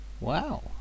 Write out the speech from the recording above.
Wow